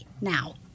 now